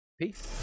Peace